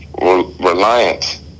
reliant